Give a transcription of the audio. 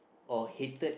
or hated